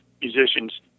musicians